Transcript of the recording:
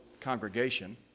congregation